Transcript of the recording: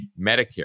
Medicare